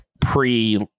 pre